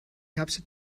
hauptstadt